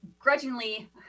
grudgingly